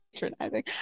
patronizing